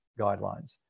guidelines